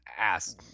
ass